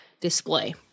display